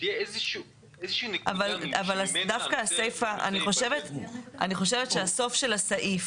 שתהיה איזו נקודה שממנה --- אני חושבת שהסוף של הסעיף,